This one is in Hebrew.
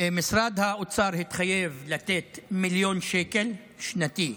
משרד האוצר התחייב לתת מיליון שקל, שנתי,